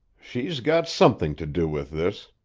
she's got something to do with this.